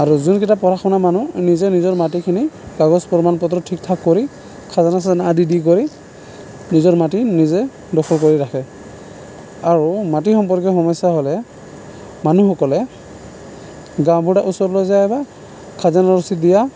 আৰু যোনকেইটা পঢ়া শুনা মানুহ নিজে নিজৰ মাটিখিনি কাগজ প্ৰমাণ পত্ৰ ঠিকঠাক কৰি খাজানা চাজানা আদি দি কৰি নিজৰ মাটি নিজে দখল কৰি ৰাখে আৰু মাটি সম্পৰ্কীয় সমস্যা হ'লে মানুহসকলে গাঁওবুঢ়া ওচৰলৈ যায় বা খাজানা ৰচিদ দিয়া